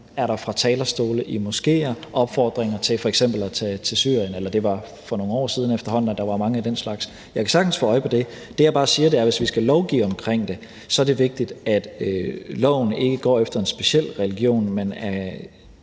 der fra talerstole i moskéer er opfordringer til f.eks. at tage til Syrien – eller det var for nogle år siden efterhånden, at der var mange af den slags. Jeg kan sagtens få øje på det. Det, jeg bare siger, er, at hvis vi skal lovgive om det, er det vigtigt, at loven ikke går efter en speciel religion, men